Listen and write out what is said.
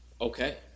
Okay